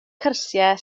cyrsiau